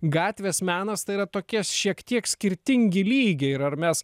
gatvės menas tai yra tokie šiek tiek skirtingi lygiai ir ar mes